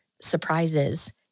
surprises